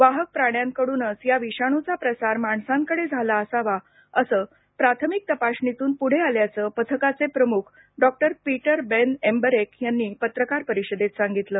वाहक प्राण्यांकडून ह्या विषाणूचा प्रसार माणसांकडे झाला असावा असं प्राथमिक तपासणीतून पुढे आल्याचं पथकाचे प्रमुख डॉक्टर पीटर बेन एमबरेक यांनी पत्रकार परिषदेत संगितलं